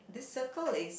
this Circle is